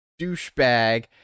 douchebag